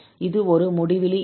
இது ஒரு முடிவிலி எண் ஆகும்